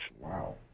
Wow